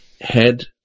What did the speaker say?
head